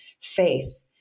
faith